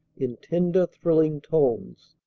in tender, thrilling tones.